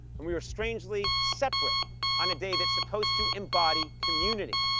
and we are strangely separate on a day that's supposed to embody community.